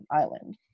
island